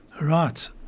Right